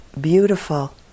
beautiful